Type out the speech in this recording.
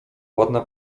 ładna